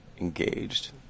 engaged